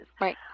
right